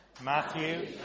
Matthew